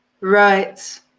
Right